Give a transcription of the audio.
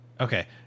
okay